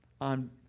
on